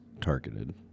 targeted